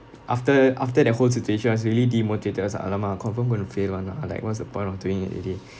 after after that whole situation I was really demotivated I was like !alamak! confirm going to fail [one] lah like what's the point of doing it already